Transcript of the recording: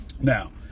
Now